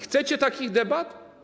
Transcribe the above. Chcecie takich debat?